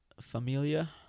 familia